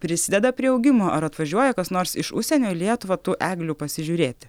prisideda prie augimo ar atvažiuoja kas nors iš užsienio į lietuvą tų eglių pasižiūrėti